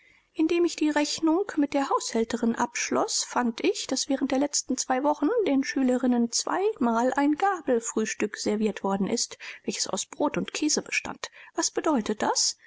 indem ich die rechnung mit der haushälterin abschloß fand ich daß während der letzten zwei wochen den schülerinnen zweimal ein gabelfrühstück serviert worden ist welches aus brot und käse bestand was bedeutet das